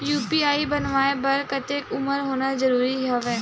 UPI बनवाय बर कतेक उमर होना जरूरी हवय?